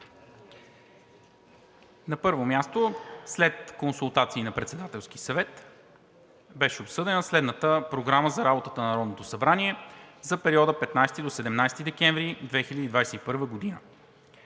На първо място, след консултации на Председателския съвет беше обсъдена следната Програма за работата на Народното събрание за периода 15 – 17 декември 2021 г.: „1.